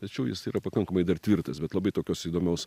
tačiau jis yra pakankamai dar tvirtas bet labai tokios įdomios